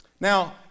Now